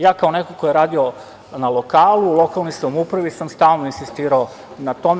Ja kao neko ko je radio na lokalu, u lokalnoj samoupravi sam stalno insistirao na tome.